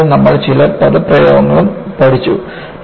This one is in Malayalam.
കൂടാതെ നമ്മൾ ചില പദപ്രയോഗങ്ങളും പഠിച്ചു